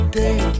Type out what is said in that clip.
day